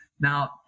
now